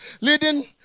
leading